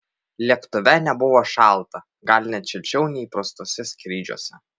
lėktuve nebuvo šalta gal net šilčiau nei įprastuose skrydžiuose